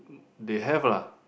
they have lah